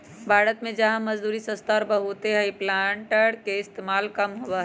भारत में जहाँ मजदूरी सस्ता और बहुत हई प्लांटर के इस्तेमाल कम होबा हई